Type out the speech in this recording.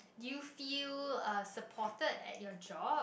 do you feel uh supported at your job